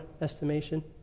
estimation